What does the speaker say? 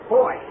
Boy